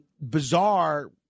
bizarre